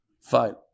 Fine